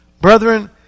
Brethren